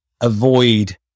avoid